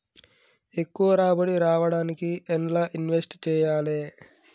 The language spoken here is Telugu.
ఎక్కువ రాబడి రావడానికి ఎండ్ల ఇన్వెస్ట్ చేయాలే?